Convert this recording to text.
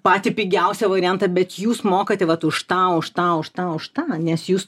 patį pigiausią variantą bet jūs mokate vat už tą už tą už tą už tą nes jūs